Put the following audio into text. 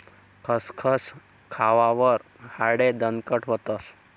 खसखस खावावर हाडे दणकट व्हतस